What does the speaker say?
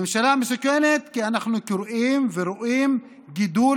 הממשלה מסוכנת כי אנחנו קוראים ורואים גידול